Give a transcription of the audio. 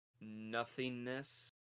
nothingness